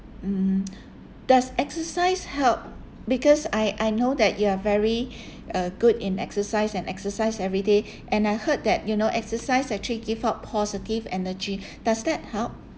mm does exercise help because I I know that you are very uh good in exercise and exercise every day and I heard that you know exercise actually give out positive energy does that help